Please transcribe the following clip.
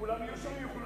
כולם יהיו שווים,